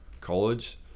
college